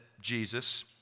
Jesus